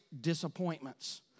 disappointments